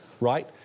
right